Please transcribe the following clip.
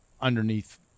underneath